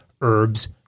herbs